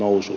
uusi